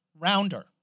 rounder